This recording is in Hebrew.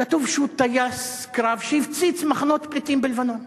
כתוב שהוא טייס קרב שהפציץ מחנות פליטים בלבנון.